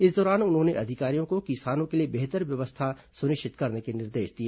इस दौरान उन्होंने अधिकारियों को किसानों के लिए बेहतर व्यवस्था सुनिश्चित करने के निर्देश दिए